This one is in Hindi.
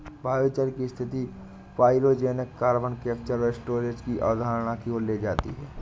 बायोचार की स्थिरता पाइरोजेनिक कार्बन कैप्चर और स्टोरेज की अवधारणा की ओर ले जाती है